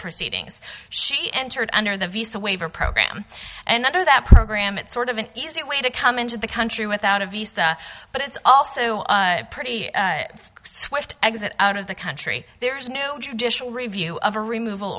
proceedings she entered under the visa waiver program and under that program it's sort of an easy way to come into the country without a visa but it's also a pretty swift exit out of the country there's no judicial review of a remov